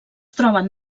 troben